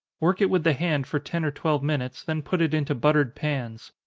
work it with the hand for ten or twelve minutes, then put it into buttered pans.